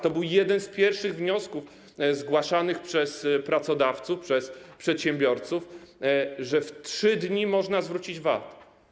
To był jeden z pierwszych wniosków zgłaszanych przez pracodawców, przez przedsiębiorców, że w 3 dni można zwrócić VAT.